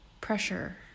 pressure